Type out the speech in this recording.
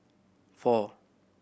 four